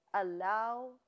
allow